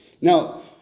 Now